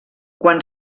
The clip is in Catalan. quan